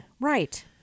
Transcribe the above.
Right